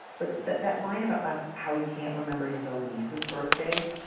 but that that line about. wow, how he can't remember his own niece's birthday.